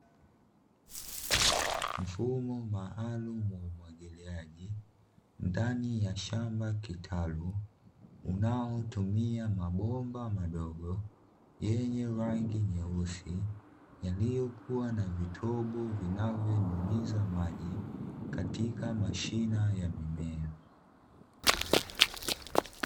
Mfumo maalumu wa umwagiliaji ndani ya shamba kitalu unaotumia mabomba madogo yenye rangi nyeusi, yaliyokuwa na vitobo vinavyonyunyiza maji katika mashina ya mimea.